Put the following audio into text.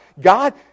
god